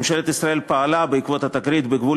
ממשלת ישראל פעלה בעקבות התקרית בגבול